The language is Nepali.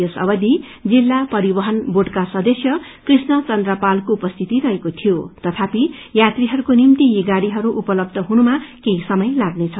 यस अवधि जिल्ला परिवहन बोर्डका सदस्य कृष्णचन्त्र पाल उपस्थिति रहेको थियो तथापि यात्रीहरूको निम्ति यी गाड़ीहरू उपलब्ध हुनमा केही समय लाग्नेछ